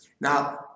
Now